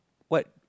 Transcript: what